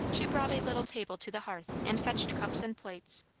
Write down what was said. she brought a little table to the hearth and fetched cups and plates.